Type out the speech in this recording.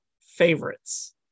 favorites